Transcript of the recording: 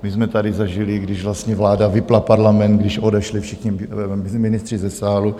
My jsme tady zažili, když vlastně vláda vypnula parlament, když odešli všichni ministři ze sálu.